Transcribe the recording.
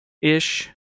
ish